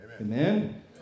Amen